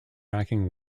racking